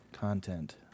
content